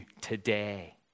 today